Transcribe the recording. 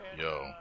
yo